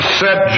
set